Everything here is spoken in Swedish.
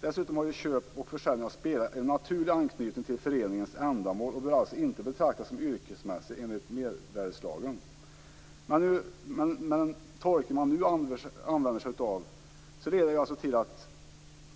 Dessutom har köp och försäljning av spelare en naturlig anknytning till föreningens ändamål och bör alltså inte betraktas som yrkesmässig enligt mervärdesskattelagen. Men den tolkning man nu använder sig av leder alltså till att